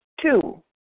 Two